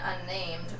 unnamed